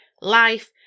life